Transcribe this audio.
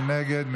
מי נגד?